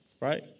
right